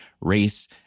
race